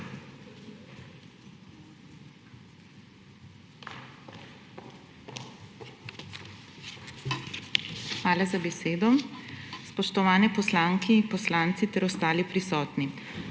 Hvala za besedo. Spoštovani poslanki in poslanci ter ostali prisotni!